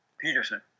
Peterson